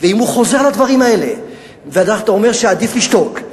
אם הוא חוזר על הדברים האלה ואתה אומר שעדיף לשתוק,